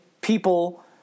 people